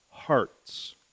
hearts